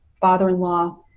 father-in-law